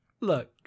Look